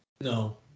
No